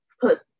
put